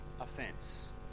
offence